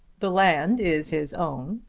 the land is his own.